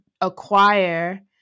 acquire